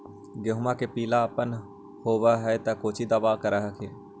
गोहुमा मे पिला अपन होबै ह तो कौची दबा कर हखिन?